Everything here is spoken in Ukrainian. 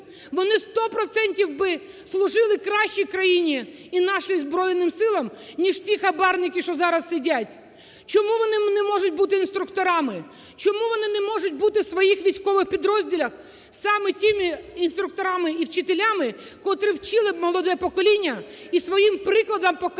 процентів би служили краще країні і нашим Збройним Силам, ніж ті хабарники, що зараз сидять. Чому вони не можуть бути інструкторами? Чому вони не можуть бути в своїх військових підрозділах саме тими інструкторами і вчителями, котрі вчили б молоде покоління і своїм прикладом показували,